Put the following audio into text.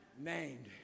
named